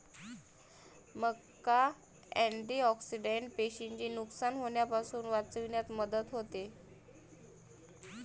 मका अँटिऑक्सिडेंट पेशींचे नुकसान होण्यापासून वाचविण्यात मदत करते